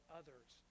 others